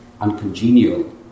uncongenial